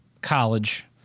college